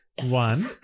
one